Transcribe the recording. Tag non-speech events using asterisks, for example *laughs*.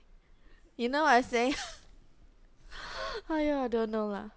you know what I saying *laughs* !aiya! don't know lah